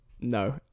no